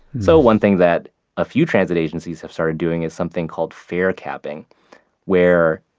so one thing that a few transit agencies have started doing is something called fare capping where,